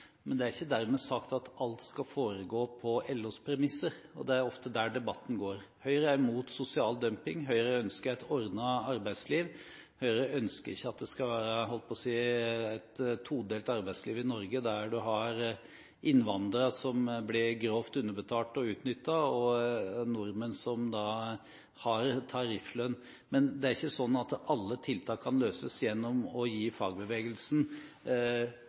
men det er ikke dermed sagt at alt skal foregå på LOs premisser, og det er ofte det debatten går ut på. Høyre er imot sosial dumping, og vi ønsker et ordnet arbeidsliv. Høyre ønsker ikke at det skal være et todelt arbeidsliv i Norge, der man har innvandrere som blir grovt underbetalte og utnyttet, og nordmenn som har tarifflønn. Men alle utfordringer kan ikke løses gjennom å gi fagbevegelsen